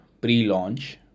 pre-launch